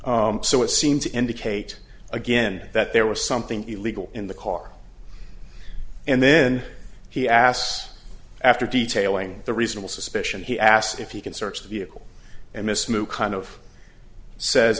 so it seemed to indicate again that there was something illegal in the car and then he asks after detailing the reasonable suspicion he asked if you can search the vehicle and this move kind of sa